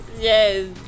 Yes